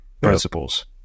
principles